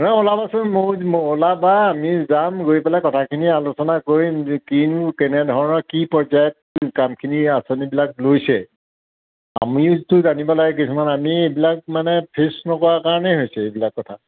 নাই ওলাবাচোন মও মও ওলাবা আমি যাম গৈ পেলাই কথাখিনি আলোচনা কৰিম কিনো কেনেধৰণৰ কি পৰ্যায়ত কামখিনি আঁচনিবিলাক লৈছে আমিওতো জানিব লাগে কিছুমান আমি এইবিলাক মানে ফেচ নকৰা কাৰণেই হৈছে এইবিলাক কথা